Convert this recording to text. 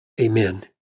Amen